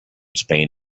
spain